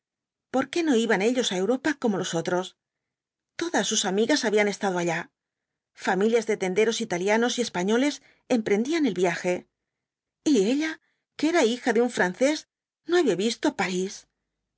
por qué no iban ellos á europa como los otros todas sus amigas habían estado allá familias de tenderos italianos y españoles emprendían el viaje y olla que era hija de un francés no había visto pa